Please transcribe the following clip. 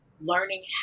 Learning